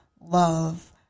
love